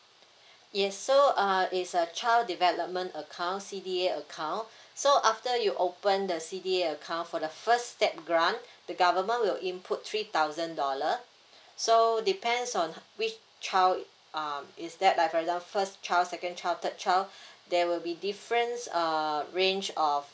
yes so uh is a child development account C D A account so after you open the C D A account for the first step grant the government will input three thousand dollar so depends on which child uh is that like for example the first child second child third child there will be difference err range of